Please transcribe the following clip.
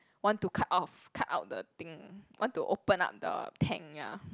want to cut off cut out the thing want to open up the tank ya